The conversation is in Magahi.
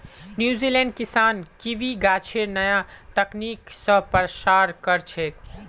न्यूजीलैंडेर किसान कीवी गाछेर नया तकनीक स प्रसार कर छेक